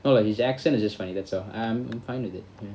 no lah his accent is just funny that's all i~ I'm fine with it